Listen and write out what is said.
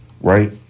Right